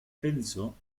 penso